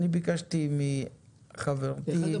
ביקשתי מחברתי -- אגב,